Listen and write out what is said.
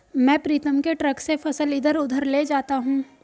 मैं प्रीतम के ट्रक से फसल इधर उधर ले जाता हूं